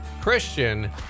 Christian